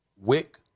Wick